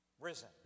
risen